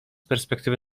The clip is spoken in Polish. perspektywy